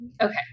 okay